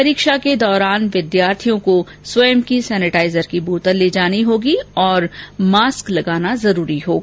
परीक्षा के दौरान विद्यार्थियों को स्वयँ की सेनेटाइजर की बोतल ले जानी होगी और मास्क लगाना जरूरी होगा